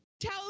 tell